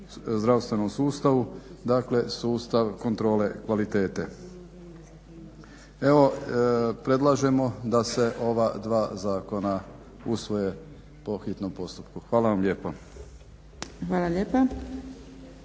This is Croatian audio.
zdravstvenom sustavu, dakle sustav kontrole kvalitete. Evo predlažemo da se ova dva zakona usvoje po hitnom postupku. Hvala vam lijepo. **Zgrebec,